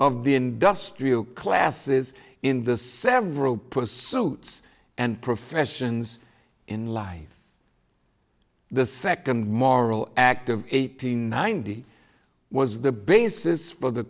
of the industrial classes in the several pursuits and professions in life the second moral act of eighty ninety was the basis for the